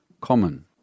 common